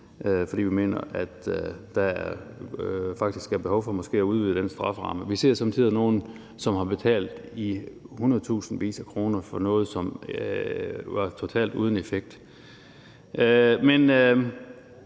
fordi vi mener, at der måske er behov for at udvide den strafferamme. Vi ser somme tider nogle patienter, som har betalt hundredtusindvis af kroner for noget, som var totalt uden effekt. Men